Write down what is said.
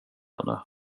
henne